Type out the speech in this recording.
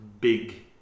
big